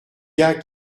gars